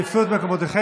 תפסו את מקומותיכם.